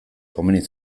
komeni